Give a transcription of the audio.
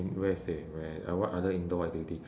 where ah what other indoor activity